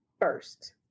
first